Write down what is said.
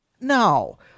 No